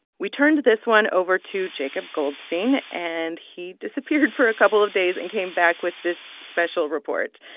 we turned this one over to jacob goldstein. and he disappeared for a couple of days and came back with this special report.